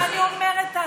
אני אומרת,